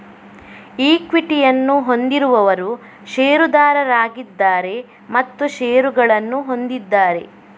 ಈಕ್ವಿಟಿಯನ್ನು ಹೊಂದಿರುವವರು ಷೇರುದಾರರಾಗಿದ್ದಾರೆ ಮತ್ತು ಷೇರುಗಳನ್ನು ಹೊಂದಿದ್ದಾರೆ